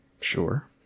Sure